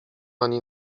ani